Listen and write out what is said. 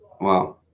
wow